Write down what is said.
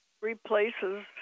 replaces